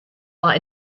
war